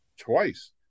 twice –